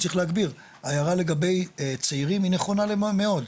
וצריך להגביר, ההערה לגבי צעירים היא נכונה מאוד,